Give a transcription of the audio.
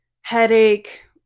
headache